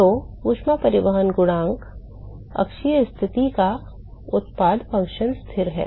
तो ऊष्मा परिवहन गुणांक अक्षीय स्थिति का उत्पाद फ़ंक्शन स्थिर है